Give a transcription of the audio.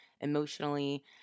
emotionally